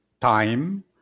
time